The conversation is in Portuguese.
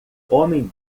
homem